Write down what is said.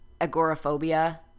agoraphobia